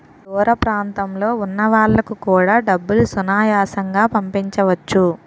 దూర ప్రాంతంలో ఉన్న వాళ్లకు కూడా డబ్బులు సునాయాసంగా పంపించవచ్చు